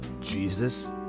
Jesus